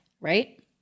right